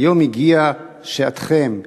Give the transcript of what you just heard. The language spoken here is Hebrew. היום הגיעה שעתכם.